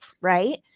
right